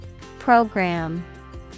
Program